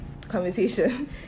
conversation